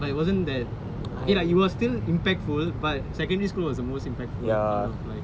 like wasn't that okay lah it was still impactful but secondary school was the most impactful out of like